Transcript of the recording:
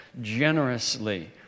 generously